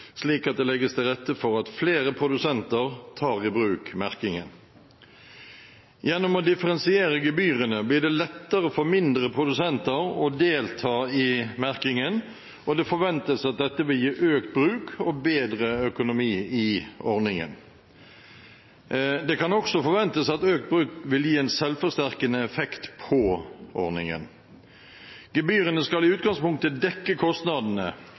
slik at det legges til rette for at flere produsenter tar i bruk merkingen. Gjennom å differensiere gebyrene blir det lettere for mindre produsenter å delta i merkingen, og det forventes at dette vil gi økt bruk og bedre økonomi i ordningen. Det kan også forventes at økt bruk vil gi en selvforsterkende effekt på ordningen. Gebyrene skal i utgangspunktet dekke kostnadene.